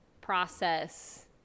process